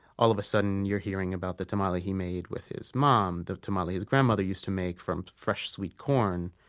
all of a sudden you're hearing about the tamale he made with his mom, the tamale his grandmother used to make from fresh sweet corn.